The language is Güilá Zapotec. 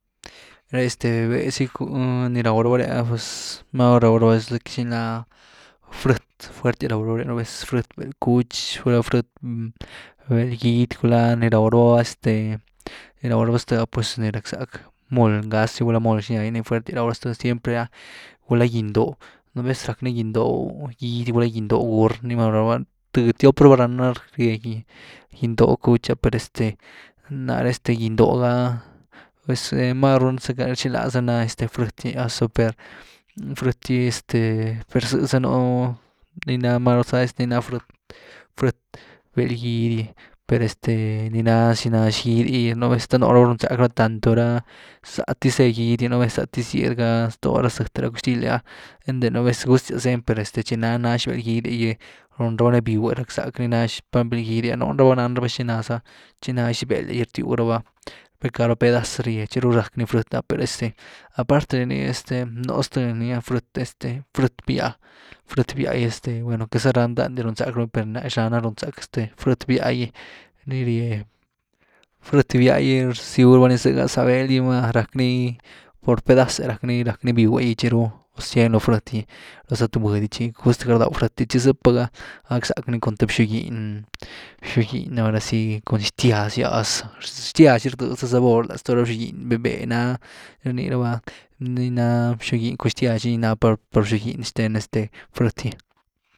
Ré’ah este véh-véh si cun ni raw rabá re’ah pues máru raw raba loh que zy ni naa frët, fuertias raw raba’re nú vez frët. bél cuch, gulá frët bél gidy, gulá ni raw raba este, nii raw raba ztë’ah pues ni rackzack moly ngáz’gy, gulá moly xnya’gy ní fuertyas raw raba zty, siempre’ah, gulá giny doh, nú vez rack ni giny doh gidy, gulá giny doh gúur nii maru raw raba, th tiop raba rána rye giny doh cuch’ah per ni este, náre giny doh ga, este, máru rchigláz zacka na frët yi ¡azu!, per frët gy este, per zëza nuu ni na már ni na frët, frët bel gidy’gy, per este ni na xina.